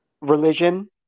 religion